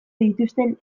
dituzten